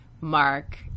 Mark